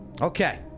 okay